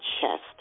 chest